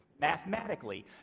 mathematically